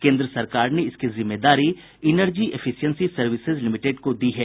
केन्द्र सरकार ने इसकी जिम्मेदारी इनर्जी एफिसिएंसी सर्विसेज लिमिटेड को दी है